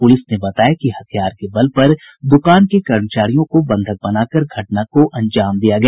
police ने बताया कि हथियार के बल पर दुकान के कर्मचारियों को बंधक बनाकर घटना को अंजाम दिया गया